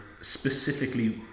specifically